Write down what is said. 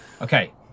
Okay